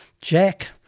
jack